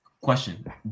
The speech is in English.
Question